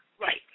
right